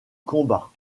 combat